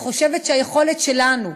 אני חושבת שהיכולות שלנו